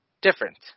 different